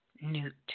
Newt